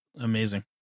Amazing